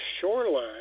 shoreline